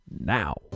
now